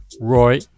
Roy